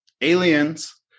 aliens